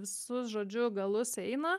visus žodžiu galus eina